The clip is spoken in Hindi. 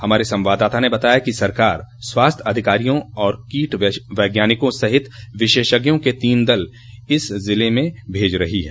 हमारे संवाददाता ने बताया कि सरकार स्वास्थ्य अधिकारियों और कीट वैज्ञानिको सहित विशेषज्ञों के तीन दल इन जिलों में भेज रही है